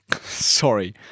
sorry